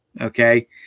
Okay